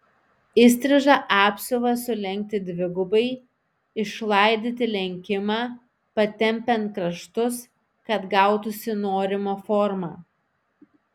įstrižą apsiuvą sulenkti dvigubai išlaidyti lenkimą patempiant kraštus kad gautųsi norima forma